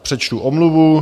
Přečtu omluvu.